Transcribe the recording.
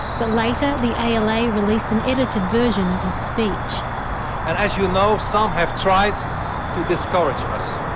but later the ala released an edited version of his speech. and as you know, some have tried to discourage us.